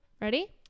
ready